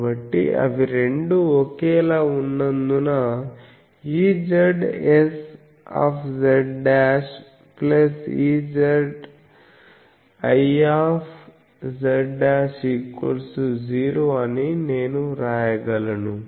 కాబట్టి అవి రెండూ ఒకేలా ఉన్నందున Ezsz Eziz 0 అని నేను వ్రాయగలను